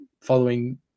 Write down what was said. following